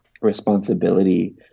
Responsibility